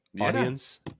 audience